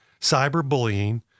cyberbullying